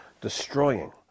destroying